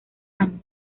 años